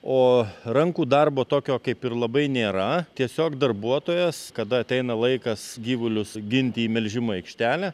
o rankų darbo tokio kaip ir labai nėra tiesiog darbuotojas kada ateina laikas gyvulius ginti į melžimo aikštelę